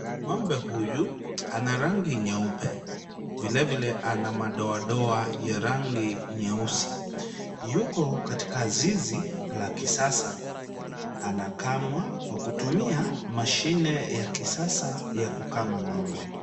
Ngombe huyu ana rangi nyeupe , vile vile ana madoa doa ya rangi nyeusi. Yuko katika zizi la kisasa. Anakamwa kwa kutumia mashine ya kisasa ya kukama ngombe.